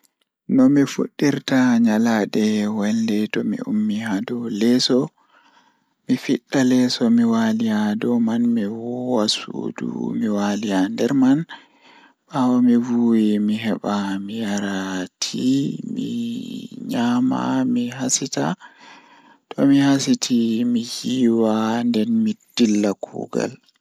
Nomi fuɗɗirta nyalanɗe welnde tomi ummi haa dow leso Ko woni so waɗde laawol ngol njogii waawugol e kaɗi sabuɗi, miɗo yiɗi saama e waɗde goɗɗum ngal. So mi waɗi nder toɓɓere mi ngoni yiɗde laawol, mi foti ndaarnde e ko nafa ngal